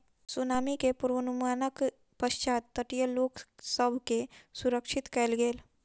tsunami के पुर्वनुमानक पश्चात तटीय लोक सभ के सुरक्षित कयल गेल